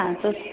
હા તો